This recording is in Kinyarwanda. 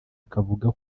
akavuga